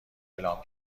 اعلام